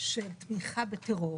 של תמיכה בטרור.